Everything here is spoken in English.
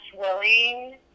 willing